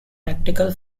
tactical